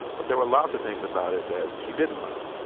but there were lots of things about it that she didn't love.